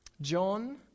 John